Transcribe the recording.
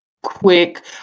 quick